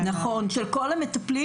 נכון, של כל המטפלים.